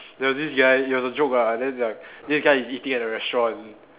there was this guy he has a joke ah and then like this guy is eating at a restaurant